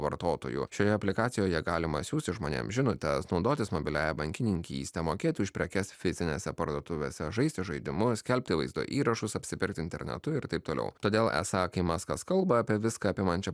vartotojų šioje aplikacijoje galima siųsti žmonėms žinutes naudotis mobiliąja bankininkyste mokėti už prekes fizinėse parduotuvėse žaisti žaidimus skelbti vaizdo įrašus apsipirkti internetu ir taip toliau todėl esą kai maskas kalba apie viską apimančią